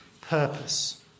purpose